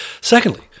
secondly